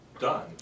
done